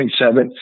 27